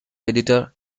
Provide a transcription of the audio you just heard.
editor